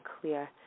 clear